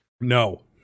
No